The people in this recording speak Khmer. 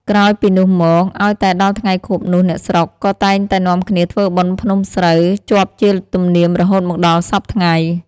ក្រោយពីនោះមក ឲ្យតែដល់ថ្ងៃខួបនោះ អ្នកស្រុក ក៏តែងតែនាំគ្នាធ្វើបុណ្យភ្នំស្រូវ ជាប់ជាទំនៀមរហូតមកដល់សព្វថ្ងៃ។